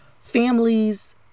families